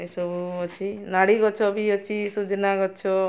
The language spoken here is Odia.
ଏସବୁ ଅଛି ନାଡ଼ି ଗଛ ବି ଅଛି ସଜନା ଗଛ